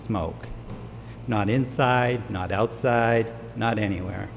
smoke not inside not outside not anywhere